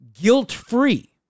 guilt-free